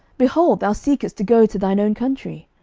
behold, thou seekest to go to thine own country?